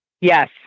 Yes